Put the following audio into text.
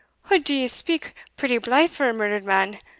od ye speak pretty blithe for a murdered man